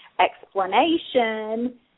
Explanation